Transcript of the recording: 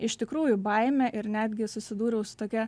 iš tikrųjų baimę ir netgi susidūriau su tokia